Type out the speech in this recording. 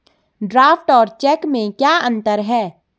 Draft और cheque में क्या अंतर है?